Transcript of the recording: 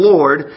Lord